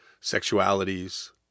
sexualities